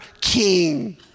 king